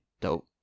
dope